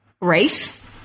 race